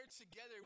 together